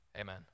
amen